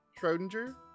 Schrodinger